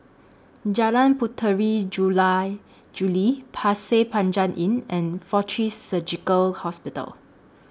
Jalan Puteri Jula Juli Pasir Panjang Inn and Fortis Surgical Hospital